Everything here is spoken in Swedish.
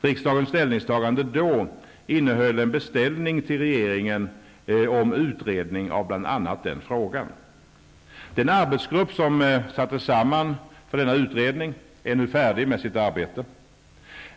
Riksdagens ställningstagande då innehöll en beställning till regeringen om utredning av bl.a. den frågan. Den arbetsgrupp som sattes samman för denna utredning är nu färdig med sitt arbete.